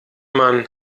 man